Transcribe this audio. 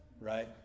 right